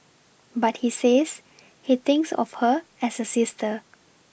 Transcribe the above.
but he says he thinks of her as a sister